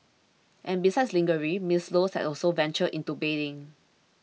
and besides lingerie Ms Low has also ventured into bedding